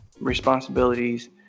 responsibilities